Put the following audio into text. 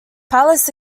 palace